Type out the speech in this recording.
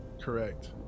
Correct